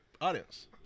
audience